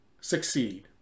succeed